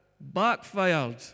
backfired